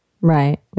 Right